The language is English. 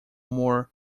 more